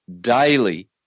daily